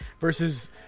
versus